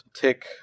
tick